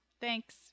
Thanks